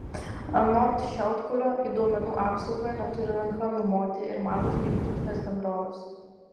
anot šiaudkulio į duomenų apsaugą neturi ranka numoti ir mažos bei vidutinės bendrovės